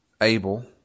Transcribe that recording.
Abel